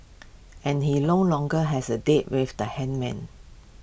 and he long longer has A date with the hangman